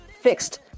fixed